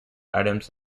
items